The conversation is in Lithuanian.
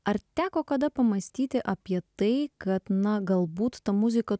ar teko kada pamąstyti apie tai kad na galbūt ta muzika